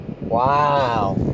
Wow